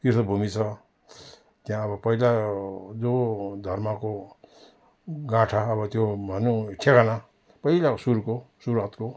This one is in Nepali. तीर्थभूमि छ त्यहाँ अब पहिला अब जो धर्मको गाँठा अब त्यो भनौँ ठेगाना पहिलाको सुरुको सुरुवातको